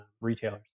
retailers